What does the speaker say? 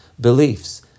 Beliefs